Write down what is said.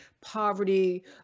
poverty